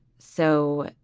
so